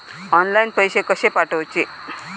Online पैसे कशे पाठवचे?